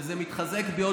וזה מתחזק עוד,